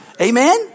Amen